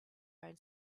own